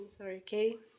sorry. katie?